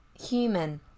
human